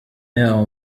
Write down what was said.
yaho